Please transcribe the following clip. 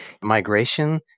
migration